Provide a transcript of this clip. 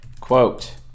quote